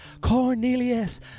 Cornelius